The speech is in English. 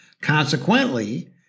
Consequently